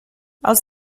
els